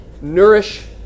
nourish